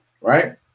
Right